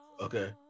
Okay